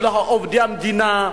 עובדי המדינה.